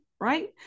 right